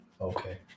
okay